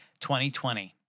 2020